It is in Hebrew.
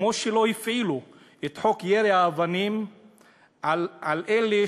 כמו שלא הפעילו את חוק ירי האבנים על אלה